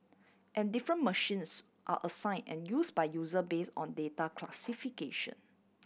and different machines are assign and use by user base on data classification